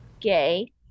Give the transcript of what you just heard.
gay